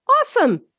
Awesome